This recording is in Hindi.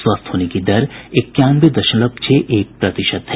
स्वस्थ होने की दर इक्यानवे दशमलव छह एक प्रतिशत है